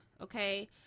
okay